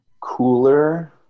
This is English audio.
Cooler